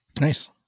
nice